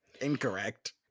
Incorrect